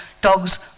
dogs